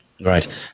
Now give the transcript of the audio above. right